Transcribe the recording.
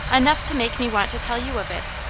enough to make me want to tell you of it,